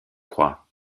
croit